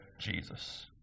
Jesus